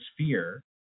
sphere